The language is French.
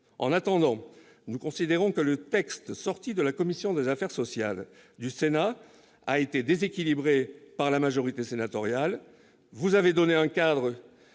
En attendant, nous considérons que le texte adopté par la commission des affaires sociales du Sénat a été déséquilibré par la majorité sénatoriale : elle a donné au cadre